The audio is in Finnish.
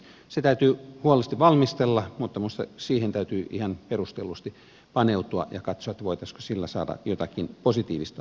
se täytyy huolellisesti valmistella mutta minusta siihen täytyy ihan perustellusti paneutua ja katsoa voitaisiinko sillä saada jotakin positiivista aikaiseksi